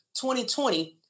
2020